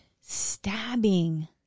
stabbing